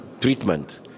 treatment